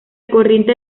corriente